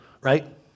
right